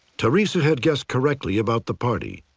teresa had guessed correctly about the party.